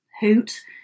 hoot